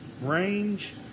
range